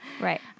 Right